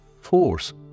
force